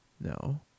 No